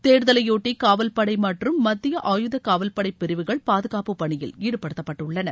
தேர்தலையொட்டி காவல்படை மற்றும் மத்திய ஆயுத காவல்படை பிரிவுகள் பாதுகாப்பு பணியில் ஈடுபட்டுத்தப்பட்டுள்ளன